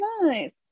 Nice